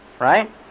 right